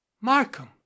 Markham